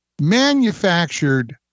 Manufactured